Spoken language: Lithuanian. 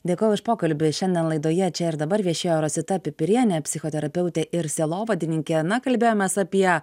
dėkoju už pokalbį šiandien laidoje čia ir dabar viešėjo rosita pipirienė psichoterapeutė ir sielovadininkė na kalbėjomės apie